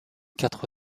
quatre